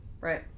Right